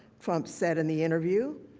trump said in the interview.